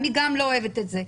אני גם לא אוהבת את זה.